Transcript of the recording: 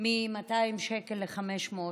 מ-200 שקל ל-500 שקל.